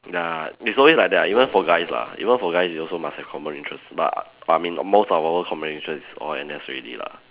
ya it's always like that lah even for guys lah even for guys is also must have common interest but I mean most our common interest is all N_S already lah